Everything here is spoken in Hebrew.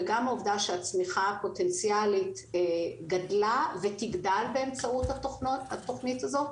וגם העובדה שהצמיחה הפוטנציאלית גדלה ותגדל באמצעות התוכנית הזאת,